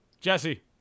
Jesse